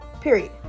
period